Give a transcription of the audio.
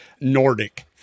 Nordic